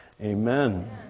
amen